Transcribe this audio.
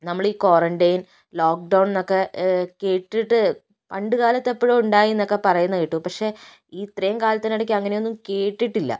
നമ്മള് ഈ quarantine lockdown എന്നൊക്കെ കേട്ടിട്ട് പണ്ടുകാലത്ത് എപ്പഴോ ഉണ്ടായി എന്നൊക്കെ പറയുന്നത് കേട്ടു പക്ഷേ ഈ ഇത്രയും കാലത്തിനിടയ്ക്ക് അങ്ങനെയൊന്നും കേട്ടിട്ടില്ല